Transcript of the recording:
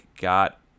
got